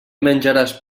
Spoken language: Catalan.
menjaràs